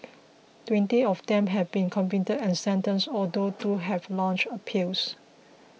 twenty of them have been convicted and sentenced although two have launched appeals